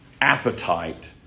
appetite